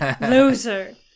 Loser